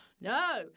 no